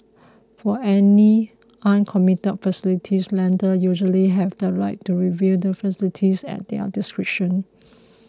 for any uncommitted facilities lenders usually have the right to review the facilities at their discretion